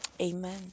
Amen